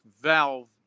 valve